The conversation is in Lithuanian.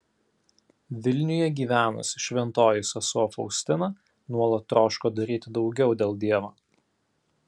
vilniuje gyvenusi šventoji sesuo faustina nuolat troško daryti daugiau dėl dievo